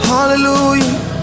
Hallelujah